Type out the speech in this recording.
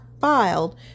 filed